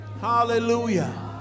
Hallelujah